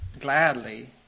gladly